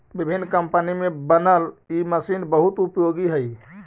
विभिन्न कम्पनी में बनल इ मशीन बहुत उपयोगी हई